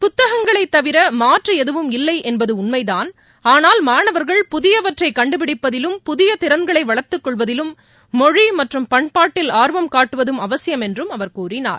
புத்தகங்களைதவிரமாற்றுஎதுவும் இல்லைஎன்பதுஉண்மைதான் மாணவர்கள் ஆனால் புதியவற்றைகள்டுபிடிப்பதிலும் புதியதிறள்களைவளர்த்துக் கொள்வதிலும் மொழிமற்றும் பண்பாட்டில் ஆர்வம் காட்டுவதும் அவசியம் என்றும் அவர் கூறினார்